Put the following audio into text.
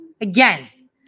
again